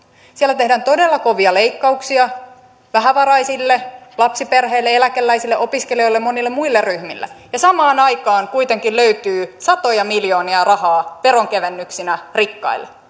siellä tehdään todella kovia leikkauksia vähävaraisille lapsiperheille eläkeläisille opiskelijoille ja monille muille ryhmille ja samaan aikaan kuitenkin löytyy satoja miljoonia rahaa veronkevennyksinä rikkaille